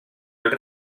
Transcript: els